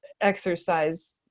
exercise